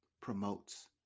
promotes